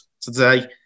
today